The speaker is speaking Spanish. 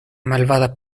malvada